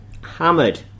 hammered